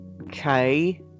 okay